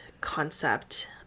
concept